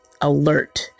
Alert